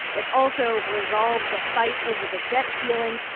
it also resolves a fight over the debt ceiling.